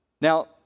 Now